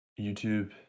YouTube